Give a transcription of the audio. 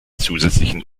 zusätzlichen